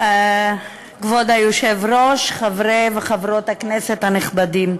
כבוד היושב-ראש, חברי וחברות הכנסת הנכבדים,